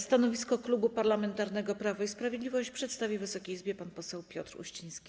Stanowisko Klubu Parlamentarnego Prawo i Sprawiedliwość przedstawi Wysokiej Izbie pan poseł Piotr Uściński.